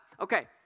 Okay